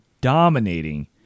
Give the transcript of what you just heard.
dominating